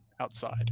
outside